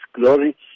glory